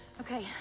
Okay